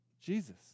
Jesus